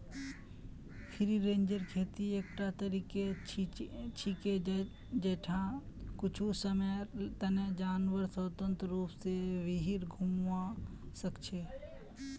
free range खेतीर एकटा तरीका छिके जैछा कुछू समयर तने जानवर स्वतंत्र रूप स बहिरी घूमवा सख छ